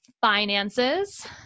finances